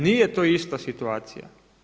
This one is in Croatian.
Nije to ista situacija.